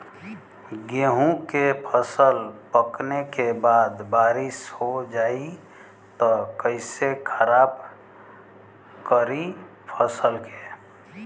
गेहूँ के फसल पकने के बाद बारिश हो जाई त कइसे खराब करी फसल के?